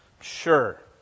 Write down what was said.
Sure